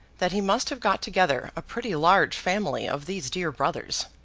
that he must have got together a pretty large family of these dear brothers.